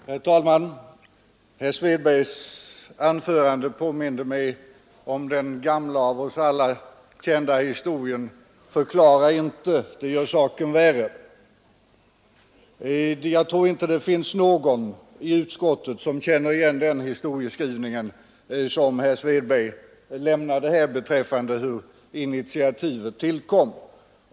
Herr talman! Herr Svedbergs anförande påminde mig om den gamla och av oss alla kända historien: ”Inga förklaringar. Det bara förvärrar saken.” Jag tror inte att det i utskottet finns någon som känner igen den historieskrivning som herr Svedberg lämnat här om hur initiativet tillkom.